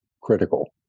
critical